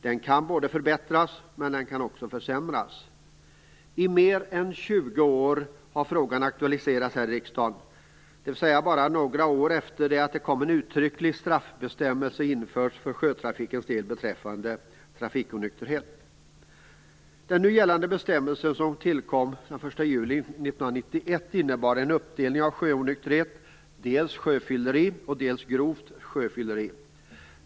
Den kan både förbättras och försämras. I mer än 20 år har frågan aktualiserats här i riksdagen, dvs. sedan bara några år efter det att en uttrycklig straffbestämmelse införts för sjötrafikens del beträffande trafikonykterhet. juli 1991, innebar en uppdelning av sjöonykterhet i dels sjöfylleri, dels grovt sjöfylleri.